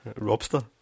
Robster